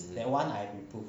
mm mm